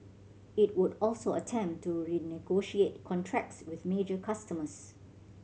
it would also attempt to renegotiate contracts with major customers